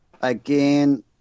again